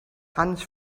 hands